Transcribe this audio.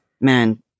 man